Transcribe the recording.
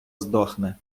здохне